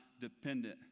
dependent